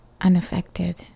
unaffected